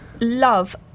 love